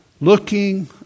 looking